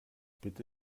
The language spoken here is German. bitte